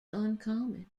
uncommon